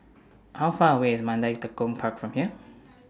How Far away IS Mandai Tekong Park from here